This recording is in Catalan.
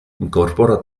incorpora